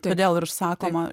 todėl ir sakoma